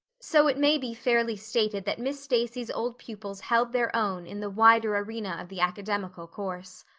so it may be fairly stated that miss stacy's old pupils held their own in the wider arena of the academical course.